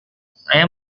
saya